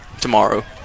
tomorrow